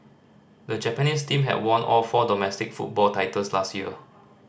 the Japanese team had won all four domestic football titles last year